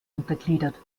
untergliedert